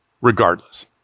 regardless